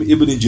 Ibn